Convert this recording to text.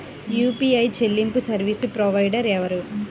UPI చెల్లింపు service provider ఎవరు?